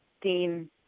Dean